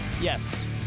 yes